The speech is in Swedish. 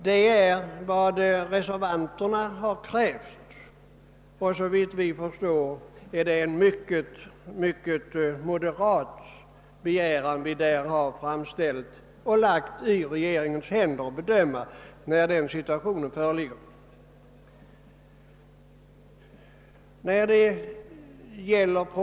Det är vad reservanterna har krävt, och såvitt vi förstår är det en mycket moderat begäran som vi i det avseendet framställt. Vi har lagt i regeringens händer att bedöma när förutsättningar föreligger för en sådan utökning.